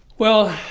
well,